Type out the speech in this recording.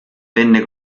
venne